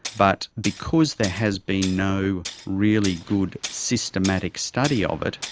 but because there has been no really good systematic study of it,